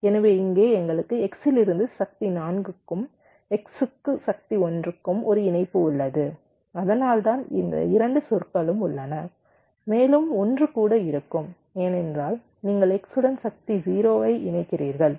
எனவே இங்கே எங்களுக்கு x இலிருந்து சக்தி 4 க்கும் x க்கு சக்தி 1 க்கும் ஒரு இணைப்பு உள்ளது அதனால்தான் இந்த 2 சொற்களும் உள்ளன மேலும் 1 கூட இருக்கும் ஏனென்றால் நீங்கள் x உடன் சக்தி 0 ஐ இணைக்கிறீர்கள்